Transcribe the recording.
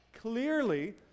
clearly